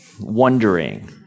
wondering